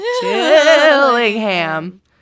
Chillingham